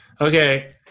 Okay